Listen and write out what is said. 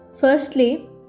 Firstly